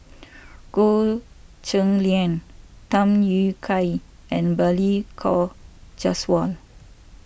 Goh Cheng Liang Tham Yui Kai and Balli Kaur Jaswal